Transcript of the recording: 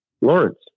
Lawrence